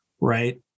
right